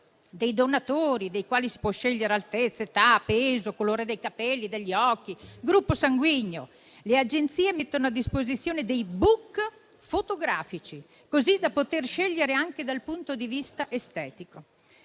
dei donatori, dei quali si può scegliere altezza, età, peso colore dei capelli e degli occhi, gruppo sanguigno. Le agenzie mettono a disposizione dei *book* fotografici così da permettere di scegliere anche dal punto di vista estetico.